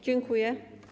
Dziękuję.